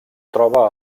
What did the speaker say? troba